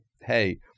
hey